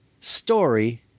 story